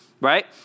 right